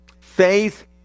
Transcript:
Faith